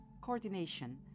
coordination